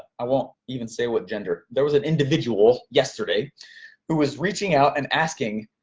i won't even say what gender. there was an individual yesterday who was reaching out and asking,